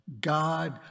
God